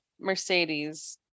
Mercedes